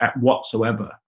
whatsoever